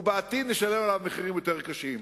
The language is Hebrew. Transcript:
ובעתיד נשלם עליו מחירים יותר קשים,